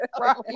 Right